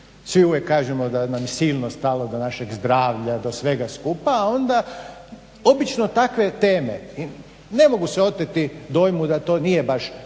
Svi uvijek kažemo da nam je silno stalo do našeg zdravlja, do svega skupa, a onda obično takve teme, ne mogu se oteti dojmu da to nije baš slučajno.